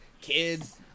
kids